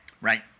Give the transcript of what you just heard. Right